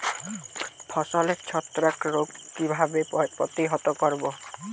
ফসলের ছত্রাক রোগ কিভাবে প্রতিহত করব?